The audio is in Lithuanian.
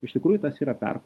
iš tikrųjų tas yra per